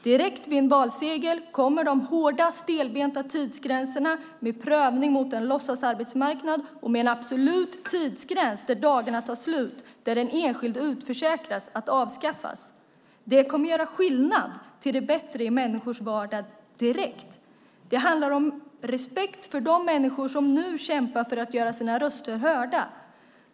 Direkt vid en valseger kommer de hårda och stelbenta tidsgränserna med prövning mot en låtsasarbetsmarknad och med en absolut tidsgräns då dagarna tar slut och den enskilde utförsäkras att avskaffas. Det kommer att göra skillnad direkt till det bättre i människors vardag. Det handlar om respekt för de människor som nu kämpar för att göra sina röster hörda.